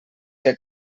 que